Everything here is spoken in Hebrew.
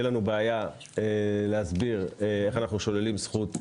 לנו בעיה להסביר איך אנחנו שוללים זכות יסוד.